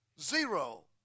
Zero